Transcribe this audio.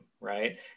right